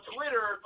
Twitter